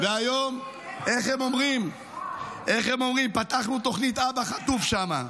איך הם אומרים: פתחנו תוכנית אבא חטוב שם.